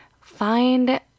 find